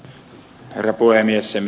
se mitä ed